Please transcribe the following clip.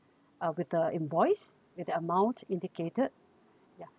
uh with the invoice with the amount indicated yeah